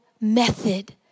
method